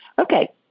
Okay